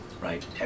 right